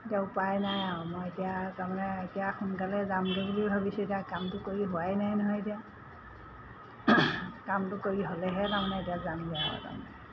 এতিয়া উপায় নাই আৰু মই এতিয়া তাৰমানে এতিয়া সোনকালে যামগৈ বুলি ভাবিছোঁ এতিয়া কামটো কৰি হোৱাই নাই নহয় এতিয়া কামটো কৰি হ'লেহে তাৰমানে এতিয়া যামগৈ আৰু তাৰমানে